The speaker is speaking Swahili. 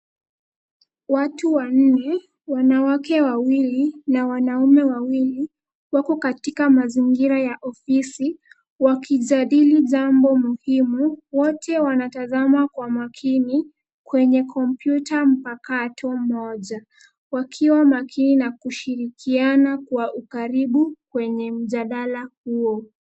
Watu wanne, wanawake wawili na wanaume wawili, wako katika mazingira ya ofisi wakijadili jambo muhimu. Wote wanatazama kwa makini kwenye kompyuta mpakato moja, wakiwa makini na kushirikiana kwa ukaribu kwenye mjadala huo.